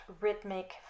rhythmic